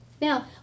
Now